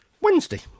Wednesday